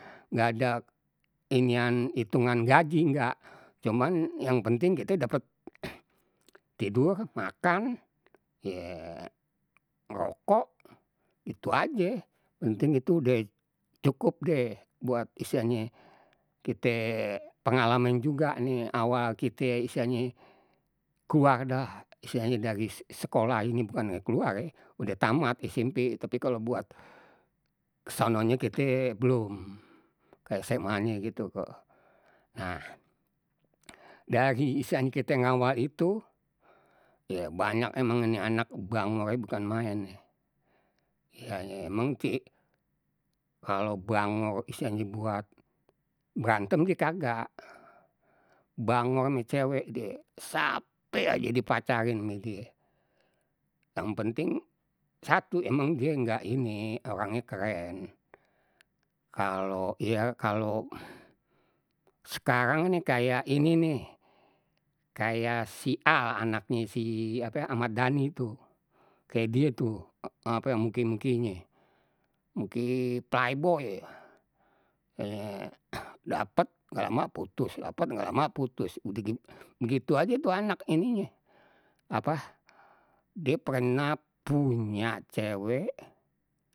Nggak ada inian itungan gaji nggak, cuman yang penting kite dapet tidur, makan, ye ngrokok itu aje, penting itu udeh cukup deh. Buat istilahnye kite pengalaman juga nih awal kite istilahnye keluar dah, istilahnye dari sekolah ini bukannye keluar ye udah tamat SMP tapi kalau buat kesononye kite belum. Ke SMA nye gitu ke nah dari istilahnye kite ngawal itu banyak emang ini anak bangornye bukan maen nih, istilahnye emang si kalau bangor istilahnye buat berantem si kagak, bangor ma cewek die sape aje dipacarin ame die, yang penting satu emang die nggak ini, orangnye keren. kalau ya kalau sekarang ni kayak ini nih kayak si al anaknye si ape ahmad dani tuh, kayak die tuh ape muke-mukenye, muke play boy, dapet nggak ama putus dapet nggak lama putus udeh git begitu aje tu anak ininye apa, die pernah punya cewek.